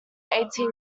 eighteen